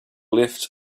left